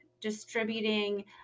distributing